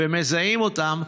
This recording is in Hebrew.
ומזהים אותם,